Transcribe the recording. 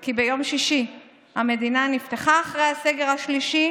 כי ביום שישי המדינה נפתחה אחרי הסגר השלישי